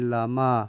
Lama